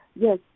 Yes